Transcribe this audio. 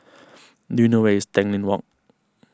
do you know where is Tanglin Walk